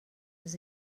was